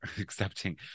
accepting